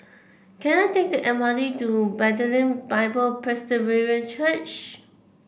can I take the M R T to Bethlehem Bible Presbyterian Church